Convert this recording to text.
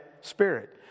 spirit